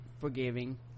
forgiving